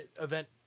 event